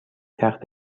تخت